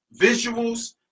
visuals